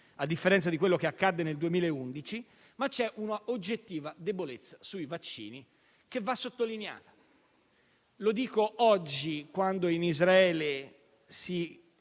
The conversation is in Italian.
a differenza di quanto accaduto nel 2011, ma c'è una oggettiva debolezza sui vaccini, che va sottolineata. Lo dico oggi, quando in Israele